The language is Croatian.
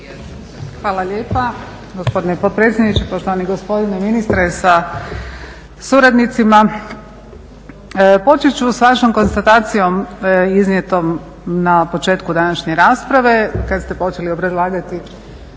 Hvala lijepa. Gospodine potpredsjedniče, poštovani gospodine ministre sa suradnicima. Počet ću sa vašom konstatacijom iznijetom na početku današnje rasprave kada ste počeli obrazlagati